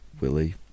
Willie